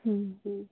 হয়